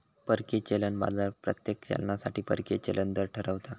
परकीय चलन बाजार प्रत्येक चलनासाठी परकीय चलन दर ठरवता